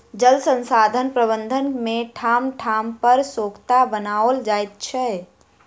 जल संसाधन प्रबंधन मे ठाम ठाम पर सोंखता बनाओल जाइत छै